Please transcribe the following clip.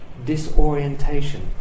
disorientation